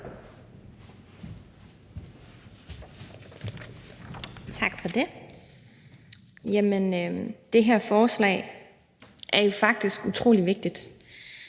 Tak for det. Det her forslag er faktisk utrolig vigtigt.